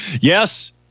Yes